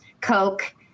Coke